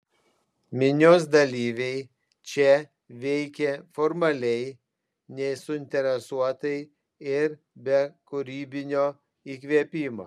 minios dalyviai čia veikė formaliai nesuinteresuotai ir be kūrybinio įkvėpimo